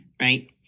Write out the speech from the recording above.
right